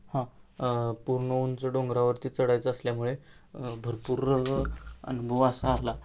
हां पूर्ण उंच डोंगरावरती चढायचं असल्यामुळे भरपूर अनुभव असा आला